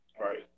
right